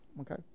Okay